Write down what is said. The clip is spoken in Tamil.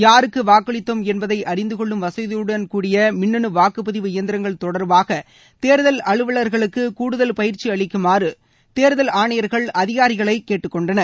யாருக்கு வாக்களித்தோம் என்பதை அறிந்துகொள்ளும் வசதியுடன் கூடிய மின்னணு வாக்குப்பதிவு இயந்திரங்கள தொடர்பாக தேர்தல் அலுவலர்களுக்கு கூடுதல் பயிற்சி அளிக்குமாறு தேர்தல் ஆணையர்கள் அதிகாரிகளை கேட்டுக்கொண்டனர்